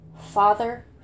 Father